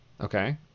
Okay